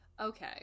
okay